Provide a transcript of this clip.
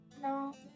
No